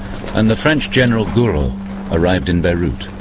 and the french general gouraud arrived in beirut.